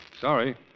Sorry